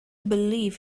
believe